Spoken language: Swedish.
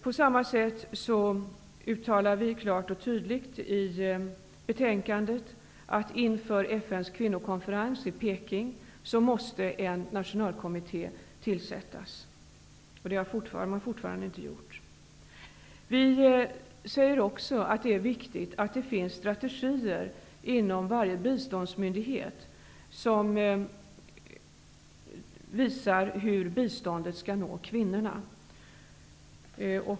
På samma sätt uttalar vi klart och tydligt i betänkandet att en nationell kommitté måste tillsättas inför FN:s kvinnokonferens i Kairo. Det har fortfarande inte skett. Utskottet säger också att det är viktigt att det finns strategier inom varje biståndsmyndighet som visar hur biståndet skall nå kvinnorna.